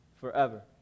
forever